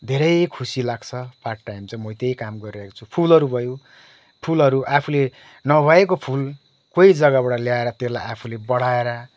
धेरै खुसी लाग्छ पार्ट टाइम चाहिँ म त्यही काम गरेरहेको छु फुलहरू भयो फुलहरू आफूले नभएको फुल कोही जग्गाबाट ल्याएर त्यसलाई आफूले बढाएर